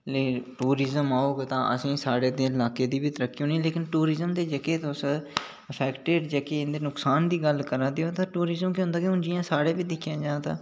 tourism औग तां असें ते साढ़े इलाके दी बी तरक्की होनी लेकिन टूरिजम दे जेह्के तुस अफैक्टिव जेह्के कोई नुक्सान दी गल्ल करा दे टूरिजम केह् होंदा कि जि'यां साढ़ा बी दिक्खेआ जा तां